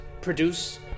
produce